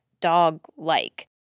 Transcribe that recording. dog-like